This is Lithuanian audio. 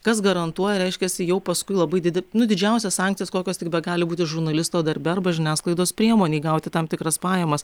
kas garantuoja reiškiasi jau paskui labai didi nu didžiausios sankcijos kokios tik begali būti žurnalisto darbe arba žiniasklaidos priemonei gauti tam tikras pajamas